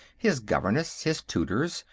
his governess, his tutors,